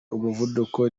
umuvuduko